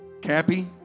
Cappy